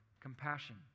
compassion